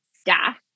staff